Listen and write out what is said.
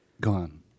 Gone